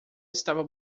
estava